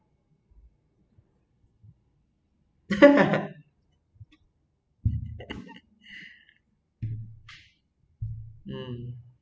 um